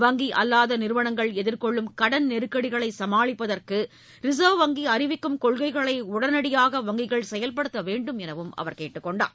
வங்கி அல்லாத நிறுவனங்கள் எதிர்கொள்ளும் கடன் நெருக்கடிகளை சமாளிப்பதற்கு ரிசர்வ் வங்கி அறிவிக்கும் கொள்கைகளை உடனடியாக வங்கிகள் செயல்படுத்த வேண்டுமென அவர் கேட்டுக் கொண்டார்